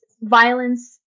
violence